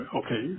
okay